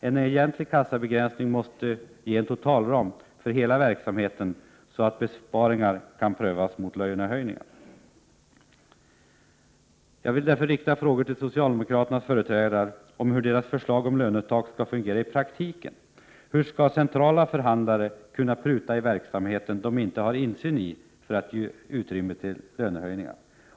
En egentlig kassabegränsning måste ge en totalram för hela verksamheten så att besparingar kan prövas mot lönehöjningar. — Hur skall centrala förhandlare kunna pruta i verksamheter de inte har insyn i för att ge utrymme till lönehöjningar?